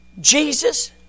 Jesus